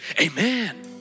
Amen